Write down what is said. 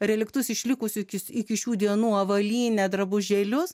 reliktus išlikusius iki šių dienų avalynę drabužėlius